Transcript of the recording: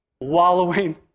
wallowing